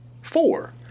four